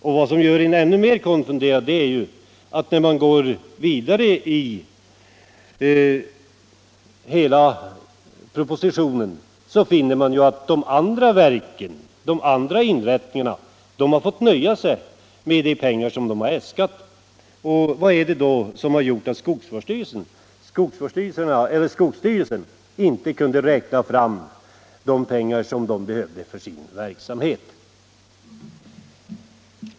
Något som gör mig ännu mer konfunderad är att de andra verken och inrättningarna enligt förslaget i propositionen får nöja sig med det belopp de har äskat. Vad är det då som har gjort att skogsvårdsstyrelserna inte kunde räkna fram de pengar som de behövde för sin verksamhet?